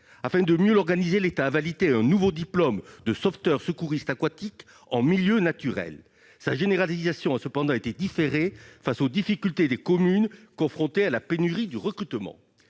Afin de mieux l'organiser, l'État a validé un nouveau diplôme de sauveteur secouriste aquatique en milieu naturel. Sa généralisation a cependant été différée face aux difficultés des communes, confrontées à la pénurie du recrutement.